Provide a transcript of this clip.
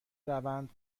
روند